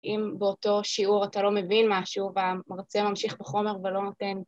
אם באותו שיעור אתה לא מבין משהו, והמרצה ממשיך בחומר ולא נותן...